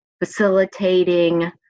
facilitating